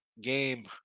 game